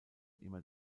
immer